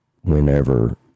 whenever